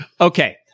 okay